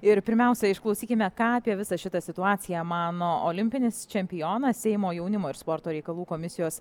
ir pirmiausia išklausykime ką apie visą šitą situaciją mano olimpinis čempionas seimo jaunimo ir sporto reikalų komisijos